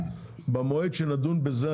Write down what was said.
במועד שנדון בזה,